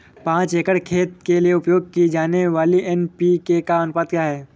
पाँच एकड़ खेत के लिए उपयोग की जाने वाली एन.पी.के का अनुपात क्या है?